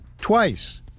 twice